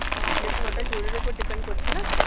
দেখুন ওটা জরির উপর ডিপেন্ড করছে না